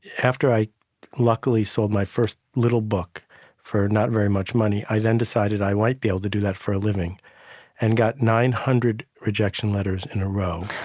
after i luckily sold my first little book for not very much money, i then decided i might be able to do that for a living and got nine hundred rejection letters in a row.